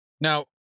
Now